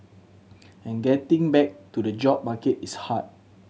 and getting back to the job market is hard